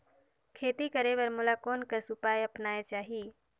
खेती करे बर मोला कोन कस उपाय अपनाये चाही?